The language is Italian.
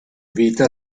vita